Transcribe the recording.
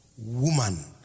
Woman